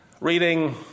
reading